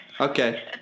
Okay